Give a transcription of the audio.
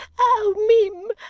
oh mim!